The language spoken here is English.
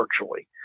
virtually